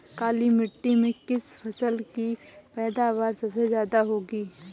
काली मिट्टी में किस फसल की पैदावार सबसे ज्यादा होगी?